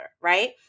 Right